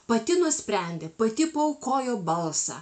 pati nusprendė pati paaukojo balsą